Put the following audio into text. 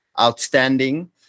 outstanding